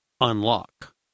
Unlock